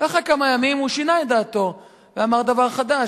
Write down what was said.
ואחרי כמה ימים הוא שינה את דעתו ואמר דבר חדש.